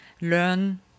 learn